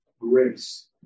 grace